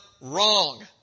wrong